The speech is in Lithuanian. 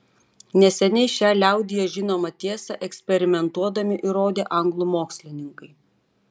neseniai šią liaudyje žinomą tiesą eksperimentuodami įrodė anglų mokslininkai